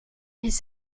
his